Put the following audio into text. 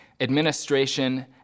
administration